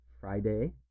Friday